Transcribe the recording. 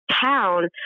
town